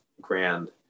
grand